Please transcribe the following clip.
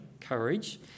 courage